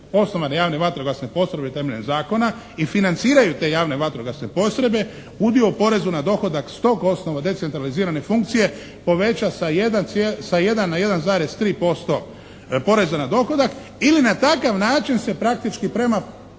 osnovane javne vatrogasne postrojbe temeljem zakona i financiraju te javne vatrogasne postrojbe udio u porezu na dohodak s tog osnova decentralizirane funkcije poveća sa 1 na 1,3% poreza na dohodak ili na takav način se praktički prema